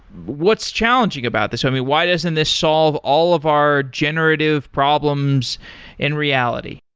what's challenging about this? i mean, why doesn't this solve all of our generative problems in reality?